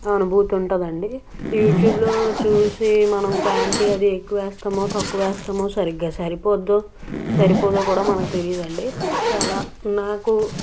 అనుభూతి ఉంటుందండి యూట్యూబ్లో చూసి మనం క్వాంటిటీ అదీ ఎక్కువేస్తామో తక్కువేస్తామో సరిగ్గా సరిపోద్దో సరిపోదో కూడా మనకి తెలీదండి సో అలా నాకు